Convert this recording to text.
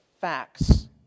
facts